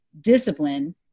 discipline